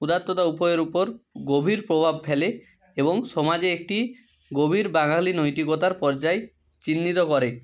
উদার্ততা উপায়ের উপর গভীর প্রভাব ফেলে এবং সমাজে একটি গভীর বাঙালি নৈতিকতার পর্যায় চিহ্নিত করে